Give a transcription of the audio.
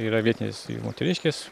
yra vietinės moteriškės